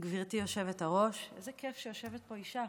גברתי היושבת-ראש, איזה כיף שיושבת פה אישה,